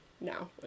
no